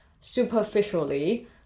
superficially